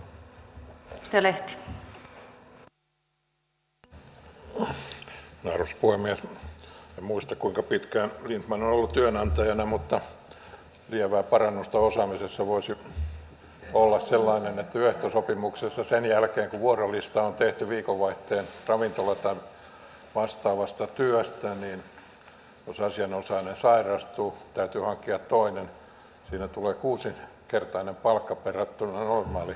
en muista kuinka pitkään lindtman on ollut työnantajana mutta lievää parannusta osaamisessa voisi olla sikäli että työehtosopimuksessa sen jälkeen kun vuorolista on tehty viikonvaihteen ravintola tai vastaavasta työstä jos asianosainen sairastuu ja täytyy hankkia toinen siinä tulee kuusinkertainen palkka verrattuna normaalityötuntiin